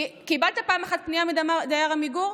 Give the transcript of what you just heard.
קיבלת פעם אחת פנייה מדייר עמיגור?